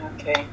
okay